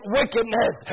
wickedness